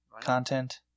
content